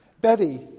Betty